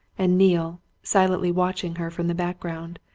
and neale, silently watching her from the background,